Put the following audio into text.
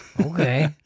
Okay